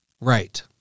Right